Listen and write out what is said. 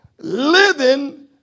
Living